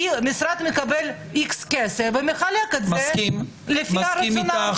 המשרד מקבל סכום מסוים והוא מחלק את זה לפי רצונו.